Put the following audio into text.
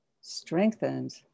strengthened